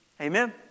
Amen